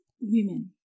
women